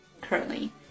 currently